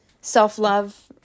self-love